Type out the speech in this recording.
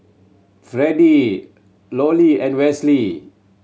Freddie Lorie and Westley